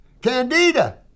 Candida